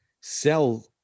sell